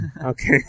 Okay